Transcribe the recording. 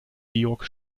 georg